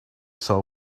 saw